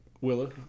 willa